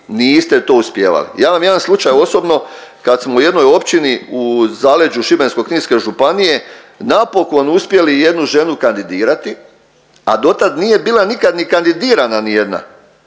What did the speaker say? niste to uspijevali. Ja imam jedan slučaj osobno kad smo u jednoj općini u zaleđu Šibensko-kninske županije napokon uspjeli jednu ženu kandidirati a dotad nije bila nikad ni kandidirana ni jedna